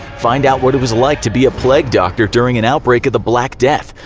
find out what it was like to be a plague doctor during an outbreak of the black death,